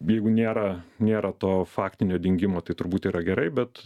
jeigu nėra nėra to faktinio dingimo tai turbūt yra gerai bet